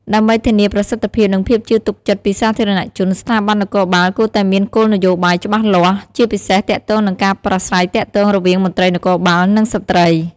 ដើម្បីធានាប្រសិទ្ធភាព និងភាពជឿទុកចិត្តពីសាធារណជន ស្ថាប័ននគរបាលគួរតែមានគោលនយោបាយច្បាស់លាស់ ជាពិសេសទាក់ទងនឹងការប្រាស្រ័យទាក់ទងវាងមន្ត្រីនគរបាល និងស្ត្រី។